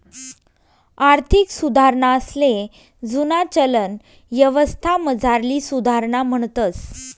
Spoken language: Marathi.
आर्थिक सुधारणासले जुना चलन यवस्थामझारली सुधारणा म्हणतंस